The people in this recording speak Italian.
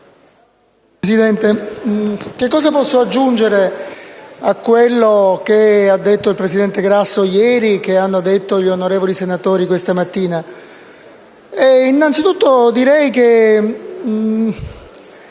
Presidente, cosa posso aggiungere a quello che ieri ha detto il presidente Grasso e che hanno detto gli onorevoli senatori questa mattina? Marco Biagi non